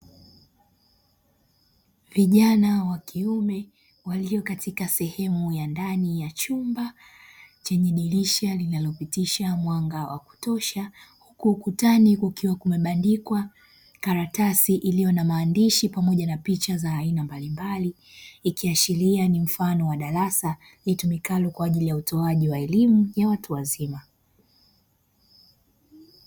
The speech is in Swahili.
Vijana wa kiume walio katika sehemu ya ndani ya chumba chenye dirisha linalopitisha mwanga wa kutosha huku ukutani kukiwa kumebandikwa karatasi iliyo na maandishi pamoja na picha za aina mbalimbali, ikiashiria ni mfano wa darasa litumikalo kwa ajili ya utoaji wa elimu ya watu wazima.